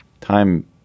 Time